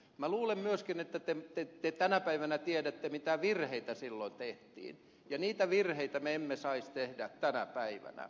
minä luulen myöskin että te tänä päivänä tiedätte mitä virheitä silloin tehtiin ja niitä virheitä me emme saisi tehdä tänä päivänä